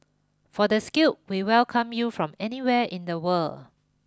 for the skilled we welcome you from anywhere in the world